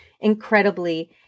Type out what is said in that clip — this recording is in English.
incredibly